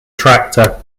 tractor